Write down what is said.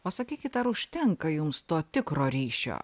o sakykit ar užtenka jums to tikro ryšio